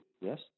yes